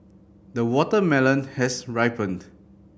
the watermelon has ripened